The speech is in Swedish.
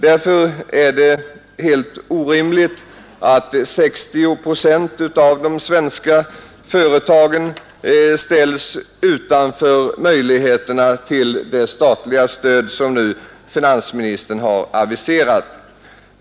Därför är det helt orimligt att 60 procent av de svenska företagen ställs utanför möjligheterna att få det statliga stöd som finansministern nu har aviserat.